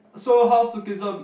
so how's Lookism